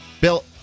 Bill